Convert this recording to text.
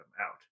out